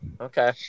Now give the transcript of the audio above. Okay